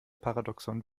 paradoxon